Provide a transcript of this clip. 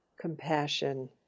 compassion